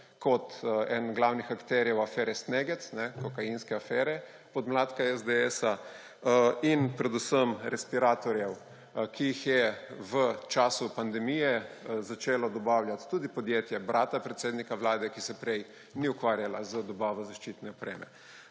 kot eden glavnih akterjev afere Snegec, kokainske afere podmladka SDS, in predvsem respiratorjev, ki jih je v času pandemije začelo dobavljati tudi podjetje brata predsednika Vlade, ki se prej ni ukvarjalo z dobavo zaščitne opreme,